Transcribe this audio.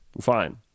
Fine